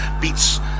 beats